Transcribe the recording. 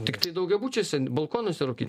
tiktai daugiabučiuose balkonuose rūkyt